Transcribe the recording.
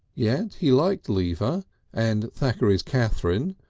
yet he liked lever and thackeray's catherine,